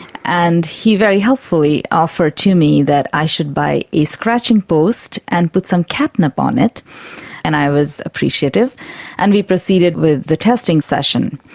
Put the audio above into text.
and he very helpfully offered to me that i should buy a scratching post and put some catnip on it and i was appreciative and we proceeded with the testing session.